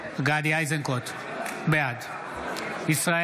בהצבעה גדי איזנקוט,